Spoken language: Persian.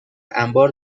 انبار